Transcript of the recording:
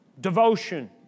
devotion